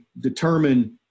determine